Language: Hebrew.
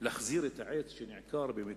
להחזיר את העץ שנעקר במקרה,